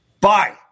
Bye